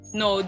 no